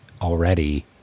already